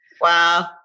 Wow